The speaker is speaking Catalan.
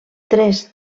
tres